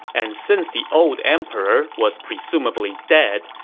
and since the old emperor was presumably dead,